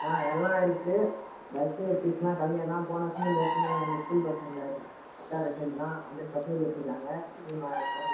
ஆ எல்லாம் இருக்குது பஸ்ஸு ஃபீஸ்ஸெலாம் கம்மியாகதான் போன வருஷமும் இந்த வருஷமும் எங்கள் ஸ்கூல் பசங்கள் நல்ல ரிசல்ட்டு தான் ஹண்ட்ரட் பர்சண்டேஜ் எடுத்திருக்காங்க